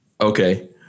Okay